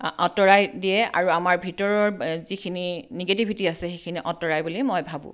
আঁতৰাই দিয়ে আৰু আমাৰ ভিতৰৰ যিখিনি নিগেটিভিটি আছে সেইখিনি আঁতৰাই বুলি মই ভাবোঁ